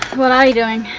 what are you doing?